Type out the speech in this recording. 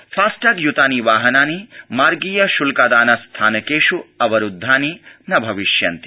FASTag य्तानि वाहनानि मार्गीयश्ल्का ान स्थानकेष् अवरुद्धानि न भविष्यन्ति